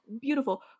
beautiful